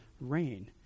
rain